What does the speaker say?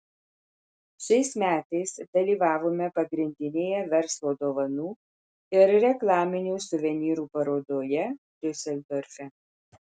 šiais metais dalyvavome pagrindinėje verslo dovanų ir reklaminių suvenyrų parodoje diuseldorfe